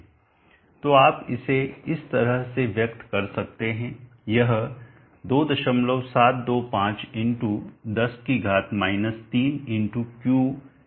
तो आप इसे इस तरह से व्यक्त कर सकते हैं यह 2725×10 3×Qh किलो वाट घंटे हो जाएगा